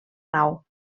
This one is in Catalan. nau